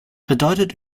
bedeutet